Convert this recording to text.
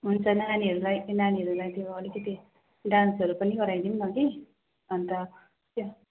हुन्छ नानीहरूलाई नानीहरूलाई त्यो अलिकति डान्सहरू पनि गराइदिउँ न कि अन्त